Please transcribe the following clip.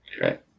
right